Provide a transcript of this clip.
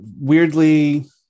Weirdly